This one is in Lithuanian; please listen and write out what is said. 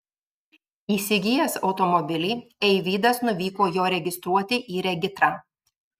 įsigijęs automobilį eivydas nuvyko jo registruoti į regitrą